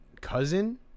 cousin